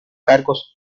cargos